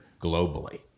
globally